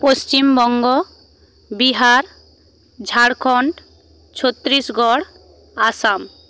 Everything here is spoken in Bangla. পশ্চিমবঙ্গ বিহার ঝাড়খন্ড ছত্তিশগড় আসাম